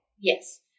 Yes